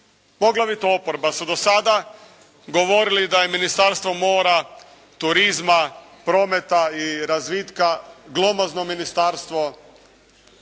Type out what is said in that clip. poglavito oporba su do sada govorili da je Ministarstvo mora, turizma, prometa i razvitka glomazno ministarstvo,